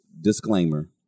disclaimer